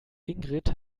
ingrid